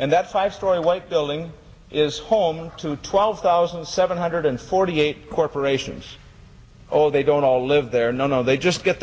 and that five story white building is home to twelve thousand seven hundred forty eight corporations oh they don't all live there no no they just get